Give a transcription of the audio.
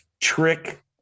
trick